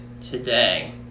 today